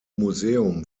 museum